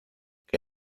que